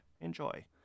enjoy